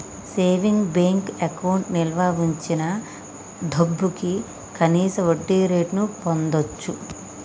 savings bank అకౌంట్లో నిల్వ వుంచిన డబ్భుకి కనీస వడ్డీరేటును పొందచ్చు